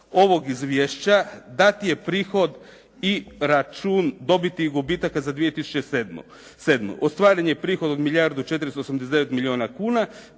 ovog izvješća dat je prihod i račun dobiti i gubitaka za 2007. Ostvaren je prihod od milijardu